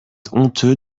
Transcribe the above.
honteux